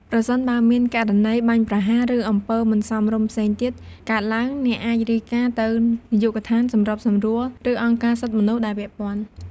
ប្រសិនបើមានករណីបាញ់ប្រហារ ឬអំពើមិនសមរម្យផ្សេងទៀត កើតឡើង អ្នកអាចរាយការណ៍ទៅ នាយកដ្ឋានសម្របសម្រួល ឬអង្គការសិទ្ធិមនុស្ស ដែលពាក់ព័ន្ធ។